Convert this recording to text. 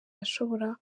ashobora